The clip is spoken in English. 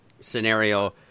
scenario